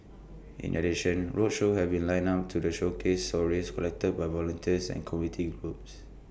in addition roadshows have been lined up to the showcase stories collected by volunteers and community groups